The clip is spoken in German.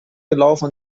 gelaufen